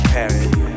Paris